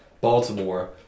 Baltimore